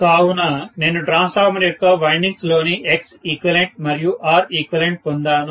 కావున నేను ట్రాన్స్ఫార్మర్ యొక్క వైండింగ్స్ లోని Xeq మరియు Req పొందాను